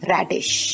Radish